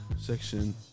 section